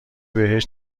بهش